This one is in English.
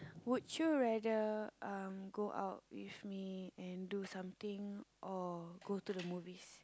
would you rather um go out with me and do something or go to the movies